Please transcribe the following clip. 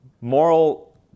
moral